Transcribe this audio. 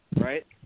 right